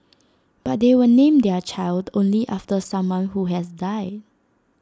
but they will name their child only after someone who has died